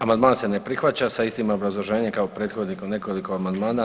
Amandman se ne prihvaća sa istim obrazloženjem kao prethodnih nekoliko amandmana.